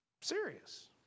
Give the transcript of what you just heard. Serious